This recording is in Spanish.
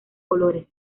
colores